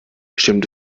stimmt